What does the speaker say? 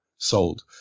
sold